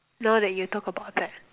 now that you talk about that